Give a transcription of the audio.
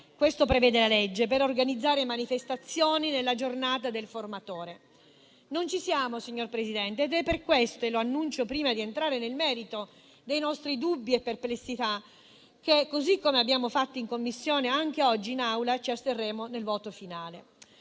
(questo prevede la legge) per organizzare manifestazioni nella Giornata del formatore. Non ci siamo, signor Presidente, ed è per questo - lo annuncio prima di entrare nel merito dei nostri dubbi e delle nostre perplessità - che, così come abbiamo fatto in Commissione, anche oggi in Aula ci asterremo nel voto finale.